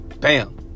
Bam